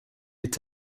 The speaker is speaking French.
est